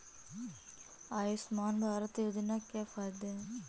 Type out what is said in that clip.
आयुष्मान भारत योजना के क्या फायदे हैं?